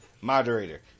Moderator